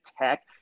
tech